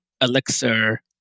Elixir